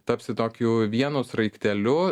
tapsi tokiu vienu sraigteliu